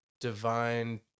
divine